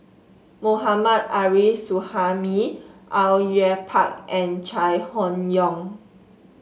Mohammad Arif Suhaimi Au Yue Pak and Chai Hon Yoong